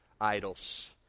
idols